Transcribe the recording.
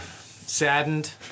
saddened